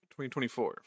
2024